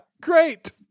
Great